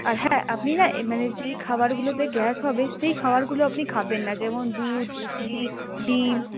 আর হ্যাঁ আপনি না এই মানে যেই খাবারগুলোতে গ্যাস হবে সেই খাবারগুলো আপনি খাবেন না যেমন দুধ ঘি ডিম